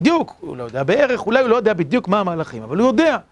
בדיוק, הוא לא יודע בערך, אולי הוא לא יודע בדיוק מה המהלכים, אבל הוא יודע.